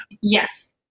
Yes